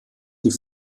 die